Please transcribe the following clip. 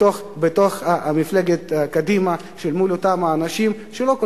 של לעשות בתוך מפלגת קדימה מול אותם אנשים שלא כל